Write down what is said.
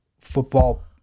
football